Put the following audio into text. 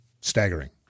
Staggering